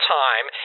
time